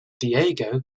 diego